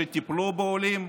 שטיפלו בעולים,